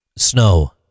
snow